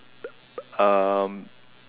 um